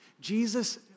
Jesus